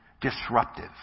disruptive